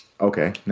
Okay